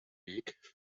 weg